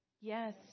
Yes